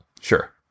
Sure